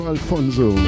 Alfonso